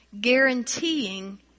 guaranteeing